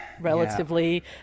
relatively